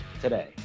today